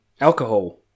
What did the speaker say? Alcohol